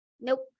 Nope